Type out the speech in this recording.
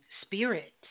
spirit